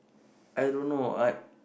I don't know I